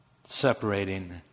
separating